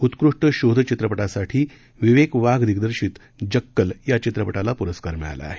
उत्कृष्ट शोध चित्रपधोसाठी विवेक वाघ दिग्दर्शित जक्कल या चित्रपधोला प्रस्कार जाहीर झाला आहे